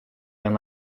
when